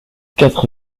quatre